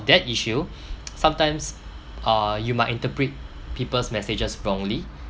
that issue sometimes uh you might interpret people's messages wrongly